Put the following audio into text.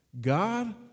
God